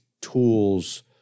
tools